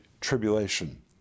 tribulation